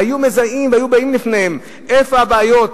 והיו מזהים ומביאים בפניהם איפה הבעיות,